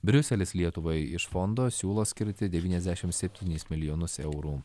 briuselis lietuvai iš fondo siūlo skirti devyniasdešim septynis milijonus eurų